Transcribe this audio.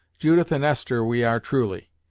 judith and esther we are truly,